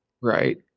right